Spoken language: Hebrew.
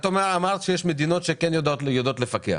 את אמרת שיש מדינות שכן יודעות לפקח.